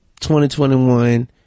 2021